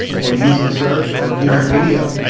or using search, or viewing video.